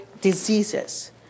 diseases